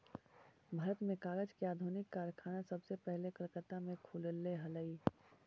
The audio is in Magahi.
भारत में कागज के आधुनिक कारखाना सबसे पहले कलकत्ता में खुलले हलइ